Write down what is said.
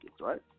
right